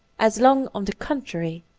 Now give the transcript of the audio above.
as long, on the contrary,